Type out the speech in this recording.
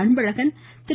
Anbazhagan Thiru